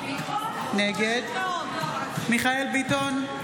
נגד מיכאל מרדכי ביטון,